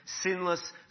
sinless